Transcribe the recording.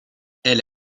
elle